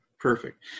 perfect